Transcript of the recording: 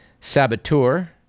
Saboteur